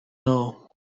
all